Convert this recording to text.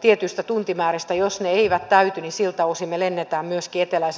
tietyistä tuntimääristä että siltä osin jos ne eivät täyty niin me lennämme myöskin eteläisen suomen alueille